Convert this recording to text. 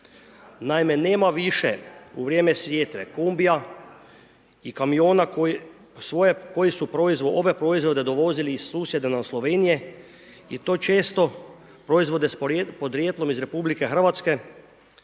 Naime, nema više u vrijeme sjetve kombija i kamiona koji su ove proizvode dovozili iz susjedne nam Slovenije i to često proizvode s porijeklom iz RH, primjerice